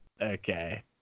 Okay